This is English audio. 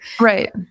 Right